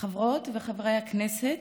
חברות וחברי הכנסת,